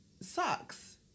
Sucks